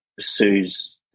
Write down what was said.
Sue's